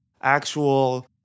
actual